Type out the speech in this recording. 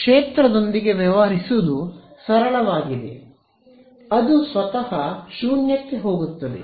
ಕ್ಷೇತ್ರದೊಂದಿಗೆ ವ್ಯವಹರಿಸುವುದು ಸರಳವಾಗಿದೆ ಅದು ಸ್ವತಃ 0 ಗೆ ಹೋಗುತ್ತದೆ